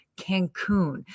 Cancun